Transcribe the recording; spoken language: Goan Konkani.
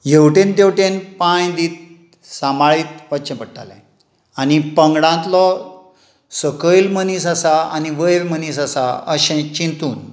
हेवटेन तेवटेन पाय दित सांबाळीत वच्चे पडटाले आनी पंगडातलो सकयल मनीस आसा आनी वयर मनीस आसा अशें चिंतून